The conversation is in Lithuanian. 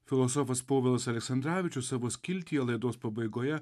filosofas povilas aleksandravičius savo skiltyje laidos pabaigoje